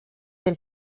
den